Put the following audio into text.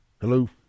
Hello